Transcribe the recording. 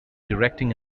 directing